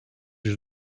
yüz